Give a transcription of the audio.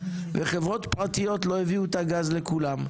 וחברות פרטיות לא הביאו את הגז לכולם,